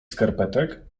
skarpetek